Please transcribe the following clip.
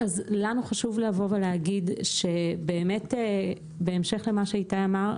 לנו חשוב לבוא ולהגיד שבהמשך למה שאיתי אמר,